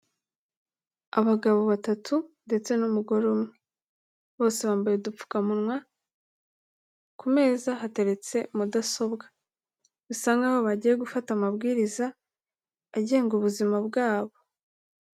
Abagabo batatu ndetse n'umugore umwe, bose bambaye udupfukamunwa ku meza hateretse mudasobwa, bisa nkaho bagiye gufata amabwiriza agenga ubuzima bwabo.